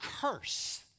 curse